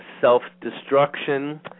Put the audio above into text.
Self-destruction